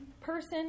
person